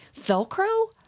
Velcro